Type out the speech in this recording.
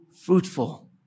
fruitful